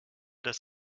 das